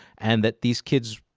and that these kids,